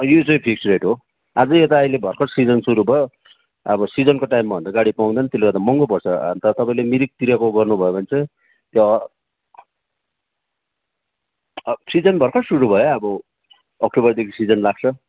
यो चाहिँ fix rate हो आजै यता अहिले भर्खर सिजन सुरू भयो अब सिजनको टाइममा हो भने त गाडी पाउँदैन त्यसले गर्दा महँगो पर्छ अन्त तपाईँले मिरिकतिरको गर्नुभयो भने चाहिँ त्यो सिजन भर्खर सुरू भयो अब अक्टोबरदेखि सिजन लाग्छ